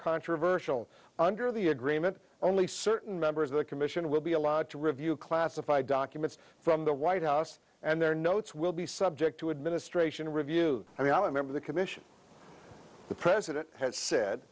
controversial under the agreement only certain members of the commission will be allowed to review classified documents from the white house and their notes will be subject to administration review i mean i remember the commission the president has said